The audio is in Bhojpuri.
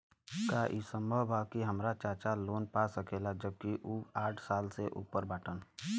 का ई संभव बा कि हमार चाचा लोन पा सकेला जबकि उ साठ साल से ऊपर बाटन?